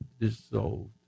dissolved